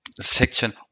Section